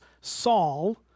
Saul